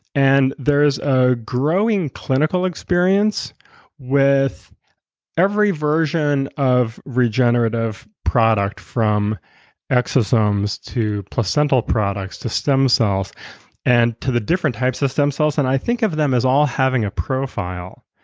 and there's a growing clinical experience with every version of regenerative product from exosomes to placental products to stem cells and to the different types of stem cells and i think of them as all having a profile.